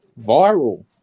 viral